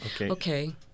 Okay